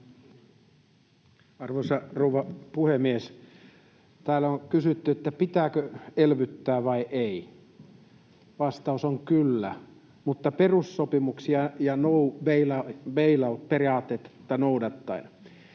Arvoisa rouva puhemies! Täällä on kysytty, pitääkö elvyttää vai ei. Vastaus on ”kyllä”, mutta perussopimuksia ja no bail-out ‑periaatetta noudattaen.